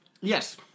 yes